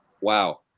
Wow